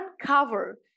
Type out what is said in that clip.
uncover